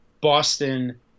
Boston